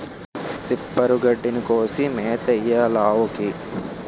సిప్పరు గడ్డిని కోసి మేతెయ్యాలావుకి